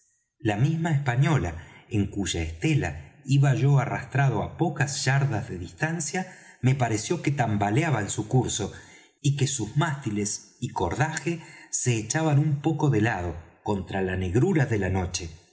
la misma española en cuya estela iba yo arrastrado á pocas yardas de distancia me pareció que tambaleaba en su curso y que sus mástiles y cordaje se echaban un poco de lado contra la negrura de la noche